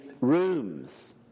rooms